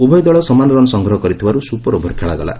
ଉଭୟ ଦଳ ସମାନ ରନ୍ ସଂଗ୍ରହ କରିଥିବାରୁ ସୁପର ଓଭର ଖେଳାଗଲା